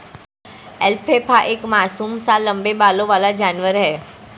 alpaca एक मासूम सा लम्बे बालों वाला जानवर है